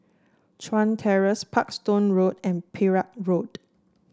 Chuan Terrace Parkstone Road and Perak Road